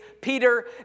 Peter